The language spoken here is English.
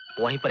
boy. but